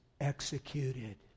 executed